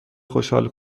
خوشحال